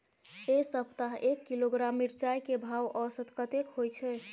ऐ सप्ताह एक किलोग्राम मिर्चाय के भाव औसत कतेक होय छै?